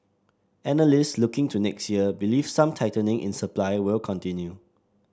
analysts looking to next year believe some tightening in supply will continue